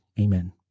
Amen